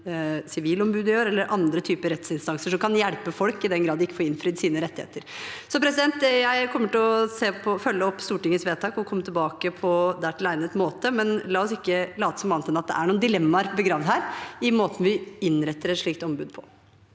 Sivilombudet eller andre typer rettsinstanser gjør – en jobb som kan hjelpe folk, i den grad de ikke får innfridd sine rettigheter. Jeg kommer til å følge opp Stortingets vedtak og komme tilbake på dertil egnet måte, men la oss ikke late som annet enn at det er noen dilemmaer begravet her i måten vi innretter et slikt ombud på.